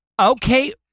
Okay